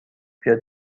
بیاد